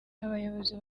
abayobozi